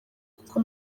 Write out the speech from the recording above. kuko